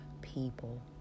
people